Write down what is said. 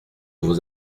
vos